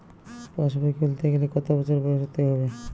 পাশবই খুলতে গেলে কত বছর বয়স হতে হবে?